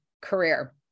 career